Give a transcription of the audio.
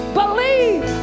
believe